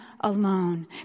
alone